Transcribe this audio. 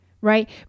right